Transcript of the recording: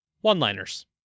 One-liners